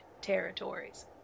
territories